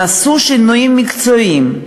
נעשו שינויים מקצועיים.